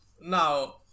Now